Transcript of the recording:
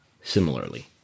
similarly